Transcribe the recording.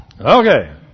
Okay